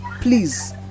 please